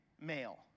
male